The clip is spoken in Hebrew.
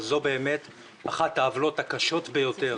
אבל זו באמת אחת העוולות הקשות ביותר.